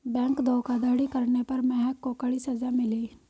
bank धोखाधड़ी करने पर महक को कड़ी सजा मिली